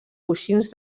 coixins